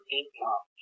income